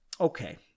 Okay